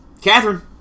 Catherine